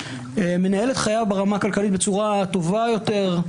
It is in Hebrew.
מנהל את חייו ברמה כלכלית בצורה טובה יותר.